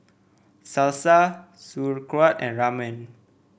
Salsa Sauerkraut and Ramen